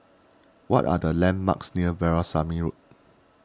what are the landmarks near Veerasamy Road